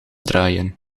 draaien